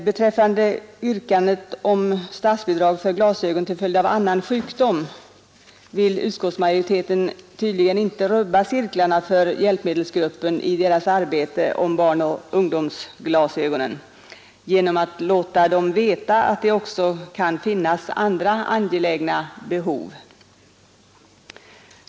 Beträffande yrkandet om statsbidrag för glasögon till följd av annan sjukdom vill utskottsmajoriteten tydligen inte rubba cirklarna för hjälpmedelsgruppen i dess arbete med barnoch ungdomsglasögon genom att låta dem veta att det också kan finnas andra angelägna behov.